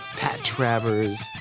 pat travers,